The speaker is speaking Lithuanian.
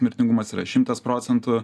mirtingumas yra šimtas procentų